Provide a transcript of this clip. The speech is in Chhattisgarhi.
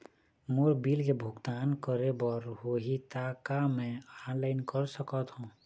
मोर बिल के भुगतान करे बर होही ता का मैं ऑनलाइन कर सकथों?